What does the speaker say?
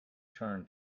turn